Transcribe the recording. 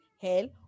hell